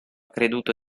creduto